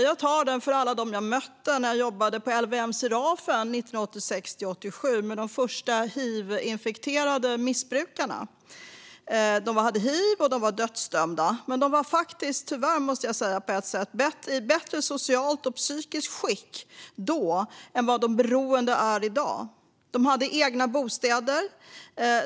Jag tar den för alla dem jag mötte när jag jobbade på LVM-hemmet Serafen 1986-1987 med de första hivinfekterade missbrukarna. De hade hiv och var dödsdömda, men de var faktiskt - tyvärr, måste jag säga - på ett sätt i bättre socialt och psykiskt skick än vad de beroende är i dag. De hade egna bostäder.